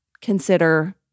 consider